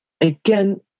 again